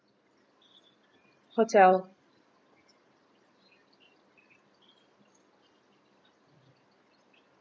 hotel